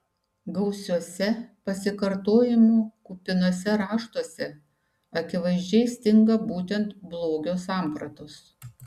gausiuose pasikartojimų kupinuose raštuose akivaizdžiai stinga būtent blogio sampratos